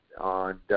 on